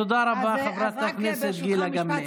תודה רבה, חברת הכנסת גילה גמליאל.